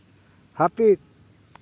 ᱦᱟᱹᱯᱤᱫ